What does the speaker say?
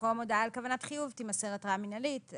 במקום הודעה על כוונת חיוב, תימסר התראה מינהלית.